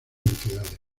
entidades